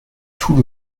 tout